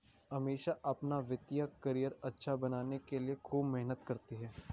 अमीषा अपना वित्तीय करियर अच्छा बनाने के लिए खूब मेहनत करती है